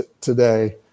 today